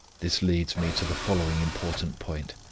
this leads me to the following important point.